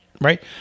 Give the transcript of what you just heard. Right